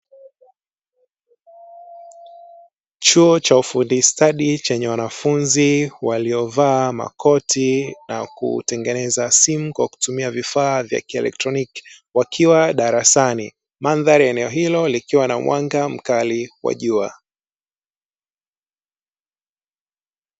Chuo cha ufundi stadi, chenye wanafunzi waliovaa makoti na kutengeneza simu kwa kutumia vifaa vya kielektroniki, wakiwa darasani. Mandhari ya eneo hilo likiwa na mwanga mkali wa jua.